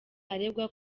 aregwa